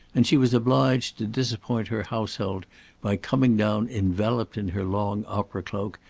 and she was obliged to disappoint her household by coming down enveloped in her long opera-cloak,